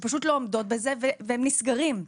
שפשוט לא עומדות בזה והם נסגרים.